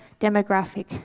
demographic